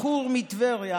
בחור מטבריה